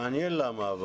מעניין למה.